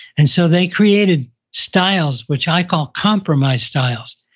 and so they created styles which i call compromise styles.